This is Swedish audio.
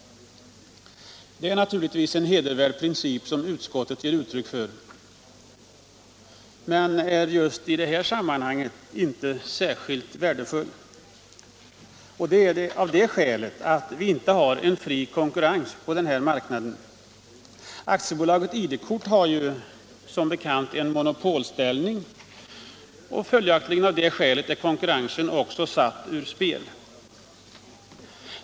Det är naturligtvis en hedervärd princip som utskottet ger uttryck för, men den är just i det här sammanhanget inte särskilt värdefull, av det skälet att vi inte har fri konkurrens på denna marknad. AB ID-kort har som bekant monopolställning, och följaktligen är konkurrensen satt ur spel.